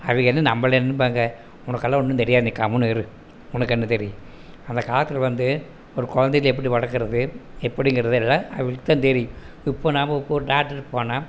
அவங்களும் நம்மளயென்னுபாங்க உனக்கெல்லாம் ஒன்றும் தெரியாது நீ கம்முன்னு இரு உனக்கு என்ன தெரியும் அந்த காலத்தில் வந்து ஒரு குழந்தைய எப்படி வளர்க்குறது எப்படிங்குறது எல்லாம் அவங்களுக்குதான் தெரியும் இப்போ நாம இப்போ ஒரு டாக்டர் கிட்டே போனால்